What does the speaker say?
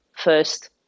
First